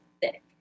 thick